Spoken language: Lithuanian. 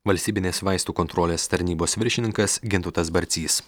valstybinės vaistų kontrolės tarnybos viršininkas gintautas barcys